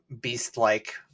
beast-like